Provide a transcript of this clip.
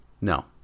no